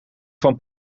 van